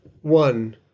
One